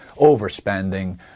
overspending